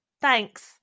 thanks